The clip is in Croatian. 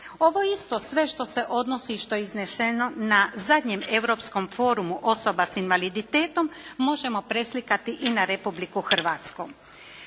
Ovo isto sve što se odnosi i što je izneseno na zadnjem Europskom forumu osoba s invaliditetom možemo preslikati i na Republiku Hrvatsku.